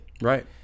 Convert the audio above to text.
Right